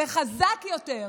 לחזק יותר.